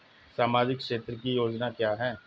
सामाजिक क्षेत्र की योजना क्या है?